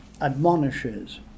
admonishes